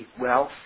wealth